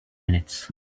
minutes